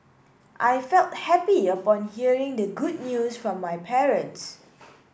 I felt happy upon hearing the good news from my parents